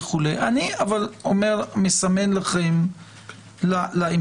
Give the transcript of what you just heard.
אבל אני מסמן לכם להמשך.